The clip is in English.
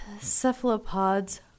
cephalopods